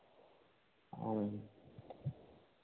ᱦᱳᱭ